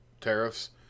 tariffs